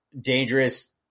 dangerous